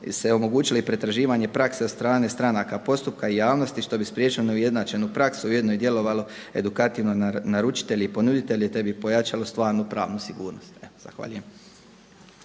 se omogućilo i pretraživanje prakse od strane stranaka postupka i javnosti što bi spriječilo neujednačenu praksu i ujedno djelovalo edukativno naručitelju i ponuditelju, te bi pojačalo stvarnu pravnu sigurnost. Zahvaljujem.